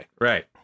Right